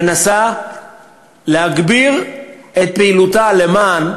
שמנסה להגביר את פעילותה למען